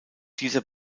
dieser